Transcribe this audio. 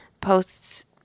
posts